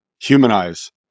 humanize